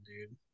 dude